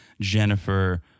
Jennifer